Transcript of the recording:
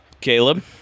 Caleb